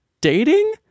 dating